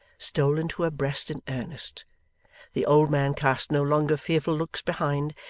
stole into her breast in earnest the old man cast no longer fearful looks behind,